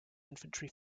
infantry